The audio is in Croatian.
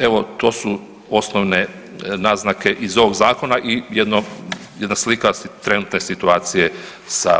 Evo, to su osnovne naznake iz ovog Zakona i jedno, jedna slika trenutne situacije sa